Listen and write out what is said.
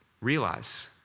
realize